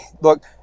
Look